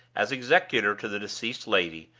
as executor to the deceased lady,